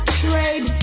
trade